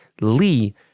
lee